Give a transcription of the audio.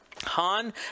Han